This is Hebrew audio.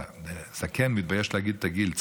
זקן מתבייש להגיד את הגיל.